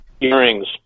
earrings